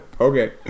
Okay